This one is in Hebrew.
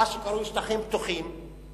למה שקרוי "שטחים פתוחים"?